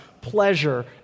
pleasure